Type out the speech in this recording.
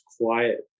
quiet